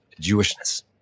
Jewishness